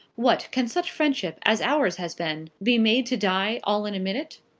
what can such friendship as ours has been be made to die all in a minute?